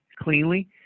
cleanly